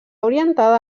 orientada